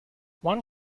one